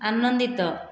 ଆନନ୍ଦିତ